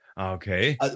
okay